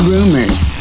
Rumors